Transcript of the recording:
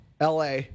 la